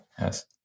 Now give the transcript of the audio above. yes